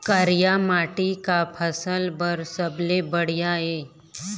करिया माटी का फसल बर सबले बढ़िया ये?